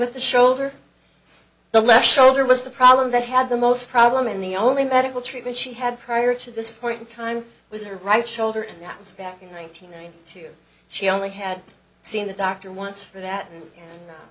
with the shoulder the left shoulder was the problem that had the most problem and the only medical treatment she had prior to this point in time was her right shoulder and that was back in ninety nine two she only had seen the doctor once for that